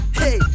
hey